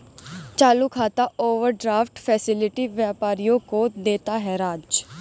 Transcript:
चालू खाता overdraft facility व्यापारियों को देता है राज